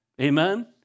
Amen